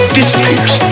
disappears